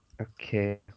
Okay